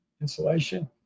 insulation